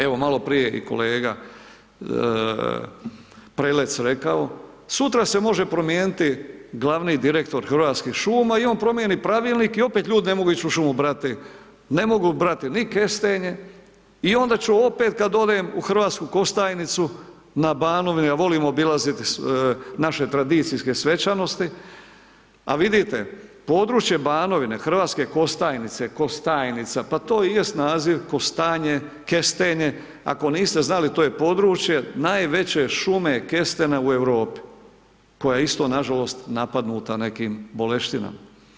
Evo malo prije je i kolega Prelec rekao, sutra se može promijenit glavni direktor Hrvatskih šuma i on promijeni pravilnik i opet ljudi ne mogu ići u šumu brati, ne mogu brati ni kestenje i onda ću opet kad odem u Hrvatsku Kostajnicu na Banovini, a volim obilaziti naše tradicijske svečanosti, a vidite područje Banovine, Hrvatske Kostajnice, Kostajnica pa to i jest naziv kostanje, kestenje, ako niste znali to je područje najveće šume kestena u Europi koja je isto nažalost napadnuta nekim boleštinama.